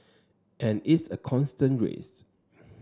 and it's a constant race